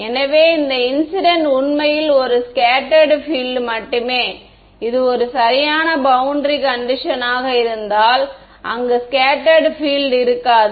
எனவே இந்த இன்சிடென்ட் உண்மையில் ஒரு ஸ்கேட்டேர்ட் பில்ட் மட்டுமே இது ஒரு சரியான பௌண்டரி கண்டிஷன் ஆக இருந்தால் அங்கு ஸ்கேட்டேர்ட் பில்ட் இருக்காது